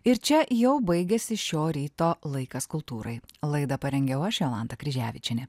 ir čia jau baigiasi šio ryto laikas kultūrai laidą parengiau aš jolanta kryževičienė